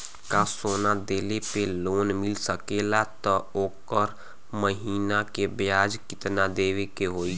का सोना देले पे लोन मिल सकेला त ओकर महीना के ब्याज कितनादेवे के होई?